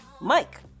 Mike